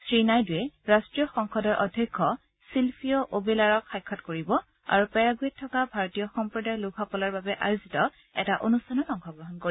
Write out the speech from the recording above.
শ্ৰীনাইডুৱে ৰাষ্টীয় সংসদৰ অধ্যক্ষ ছিলফিঅ' অ'বেলাৰক সাক্ষাৎ কৰিব আৰু পেৰাগুৱেত থকা ভাৰতীয় সম্প্ৰদায়ৰ লোকসকলৰ বাবে আয়োজিত এটা অনুষ্ঠানত অংশগ্ৰহণ কৰিব